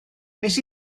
wnes